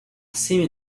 semi